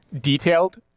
detailed